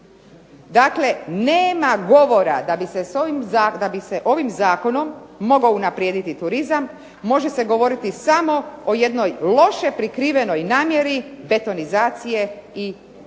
Dakle, nema govora da bi se ovim zakonom mogao unaprijediti turizam, može se govoriti samo o jednoj loše prikrivenoj namjeri betonizacije i